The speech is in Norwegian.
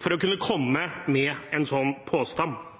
for å kunne komme med en sånn påstand